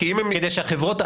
כדי שהחברות,